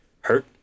hurt